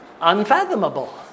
unfathomable